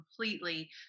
completely